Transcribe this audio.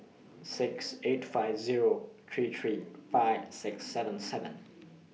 six eight five Zero three three five six seven seven